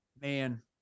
man